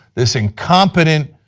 this incompetent